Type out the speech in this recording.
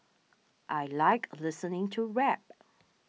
I like listening to rap